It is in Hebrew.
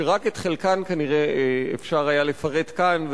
שרק את חלקן כנראה אפשר היה לפרט כאן,